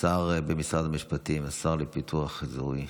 השר במשרד המשפטים והשר לפיתוח אזורי